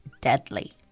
deadly